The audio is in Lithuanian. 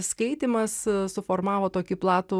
skaitymas suformavo tokį platų